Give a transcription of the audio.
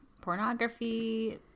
pornography